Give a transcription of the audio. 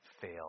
fail